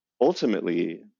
ultimately